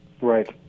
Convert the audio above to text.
Right